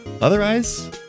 otherwise